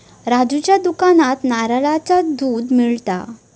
राजूच्या दुकानात नारळाचा दुध मिळता